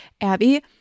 Abby